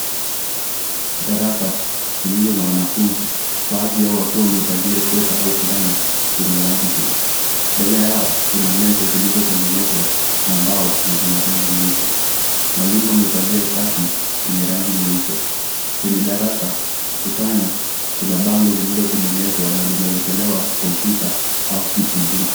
Darasa lililo na wanafunzi. Baadhi yao wakiwa wamevalia sweta au fulana zenye rangi nyeusi. Mbele yao kuna meza zilizotegenezwa na mbao na zina rangi nyeupe. Mwalimu amevalia shati lenye rangi nyeupe. Kwenye darasa ukutani kuna bango lililotegenezwa na limewekelewa kompyuta au CPU.